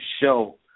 show